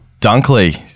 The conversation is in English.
Dunkley